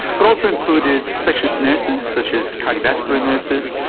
but also included specialist nurses such as cardiovascular nurses,